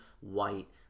white